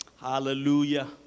hallelujah